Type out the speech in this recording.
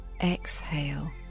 exhale